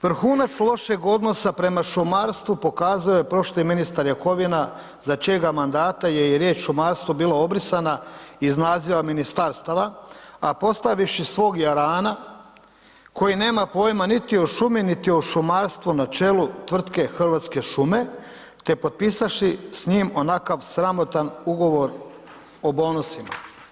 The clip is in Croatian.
Vrhunac lošeg odnosa prema šumarstvu pokazao je prošli ministar Jakovina za čijega mandata je i riječ „šumarstvo“ bila obrisana iz naziva ministarstava a postavivši svog jarana koji nema pojma niti o šumi niti o šumarstvu na čelu tvrtke Hrvatske šume te potpisavši s njim onakav sramotan ugovor o bonusima.